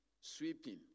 sweeping